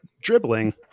dribbling